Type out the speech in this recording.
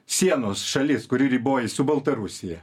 sienos šalis kuri ribojas su baltarusija